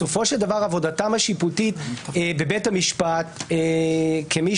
בסופו של דבר עבודתם השיפוטית בבית המשפט כמי